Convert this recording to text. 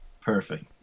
Perfect